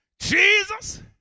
Jesus